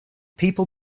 people